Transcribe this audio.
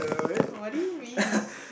uh what do you means